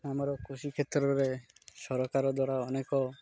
ଆମର କୃଷି କ୍ଷେତ୍ରରେ ସରକାର ଦ୍ୱାରା ଅନେକ